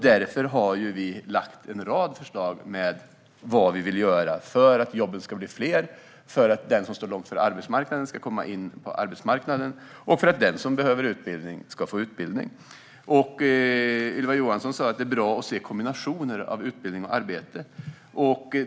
Därför har vi lagt fram en rad förslag om vad vi vill göra för att jobben ska bli fler, för att den som står långt från arbetsmarknaden ska komma in på den och för att den som behöver utbildning ska få utbildning. Ylva Johansson sa att det är bra att se kombinationer av utbildning och arbete.